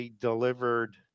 delivered